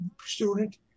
student